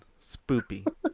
Spoopy